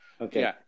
okay